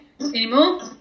anymore